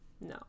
No